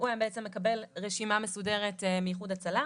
הוא היה מקבל רשימה מסודרת מאיחוד הצלה,